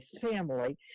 family